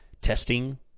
Testing